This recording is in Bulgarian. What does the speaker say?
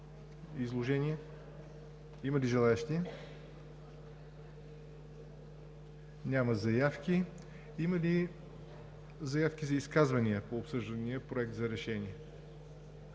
изложение. Има ли желаещи? Няма заявки. Има ли заявки за изказвания по обсъждания Проект за решение?